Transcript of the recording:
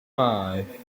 five